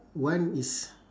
one is